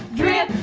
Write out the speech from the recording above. drip,